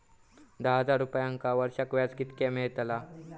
दहा हजार रुपयांक वर्षाक व्याज कितक्या मेलताला?